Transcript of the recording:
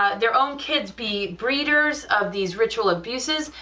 ah their own kids be breeders of these ritual abuses,